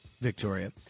Victoria